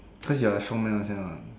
cause you're a showman one can one